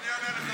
טיפלנו.